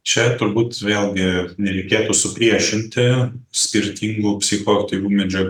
čia turbūt vėlgi nereikėtų supriešinti skirtingų psichoaktyvių medžiagų kad